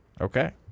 Okay